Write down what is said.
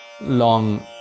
long